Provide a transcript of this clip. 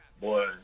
boy